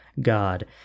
God